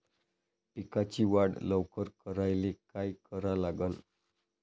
पिकाची वाढ लवकर करायले काय करा लागन?